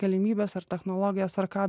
galimybes ar technologijas ar ką